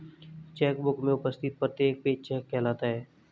check book में उपस्थित प्रत्येक पेज चेक कहलाता है